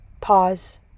pause